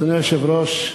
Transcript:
אדוני היושב-ראש,